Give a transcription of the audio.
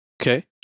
Okay